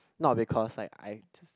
not because like I just